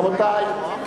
רבותי,